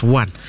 one